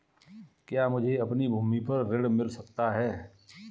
क्या मुझे अपनी भूमि पर ऋण मिल सकता है?